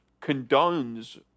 condones